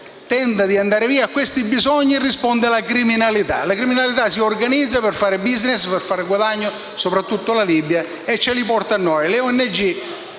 tenta di andare via e a questi bisogni risponde la criminalità che si organizza per fare *business*, per fare guadagno - soprattutto la Libia - e li porta da noi.